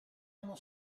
uno